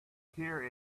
hear